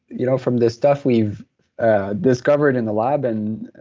you know from the stuff we've ah discovered in the lab and.